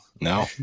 no